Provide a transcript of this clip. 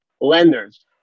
lenders